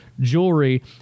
jewelry